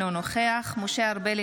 אינו נוכח משה ארבל,